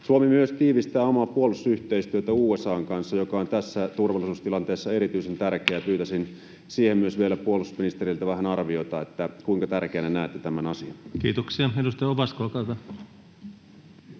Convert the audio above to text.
Suomi myös tiivistää omaa puolustusyhteistyötään USA:n kanssa, joka on tässä turvallisuustilanteessa erityisen tärkeää, ja pyytäisin siihen myös vielä puolustusministeriltä vähän arviota. Kuinka tärkeänä näette tämän asian? Kiitoksia — Edustaja Ovaska, olkaa hyvä.